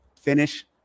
finish